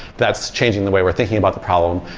that's changing the way we're thinking about the problem,